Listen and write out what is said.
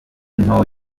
nto